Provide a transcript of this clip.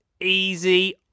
Easy